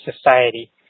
society